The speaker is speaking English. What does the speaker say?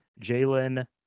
Jalen